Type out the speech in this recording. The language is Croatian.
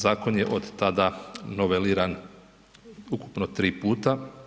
Zakon je od tada noveliran ukupno 3 puta.